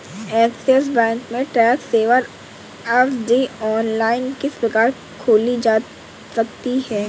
Axis bank में tax saver FD online किस प्रकार खोली जा सकती है?